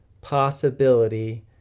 possibility